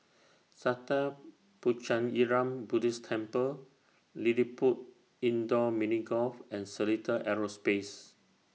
Sattha Puchaniyaram Buddhist Temple LilliPutt Indoor Mini Golf and Seletar Aerospace